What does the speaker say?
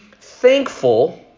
thankful